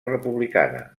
republicana